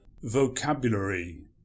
Vocabulary